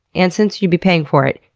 and since you'd be paying for it,